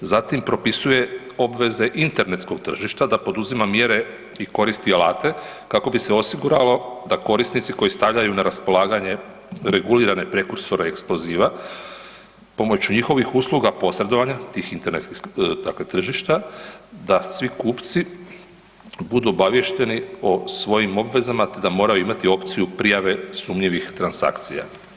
Zatim propisuje obveze internetskog tržišta da poduzima mjere i koristi alate kako bi se osiguralo da korisnici koji stavljaju na raspolaganje regulirane prekursore eksploziva pomoću njihovih usluga posredovanja tih internetskih dakle tržišta da svi kupci budu obavješteni o svojim obvezama da moraju imati opciju prijave sumnjivih transakcija.